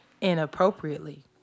inappropriately